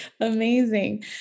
Amazing